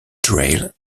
trail